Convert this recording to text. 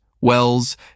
wells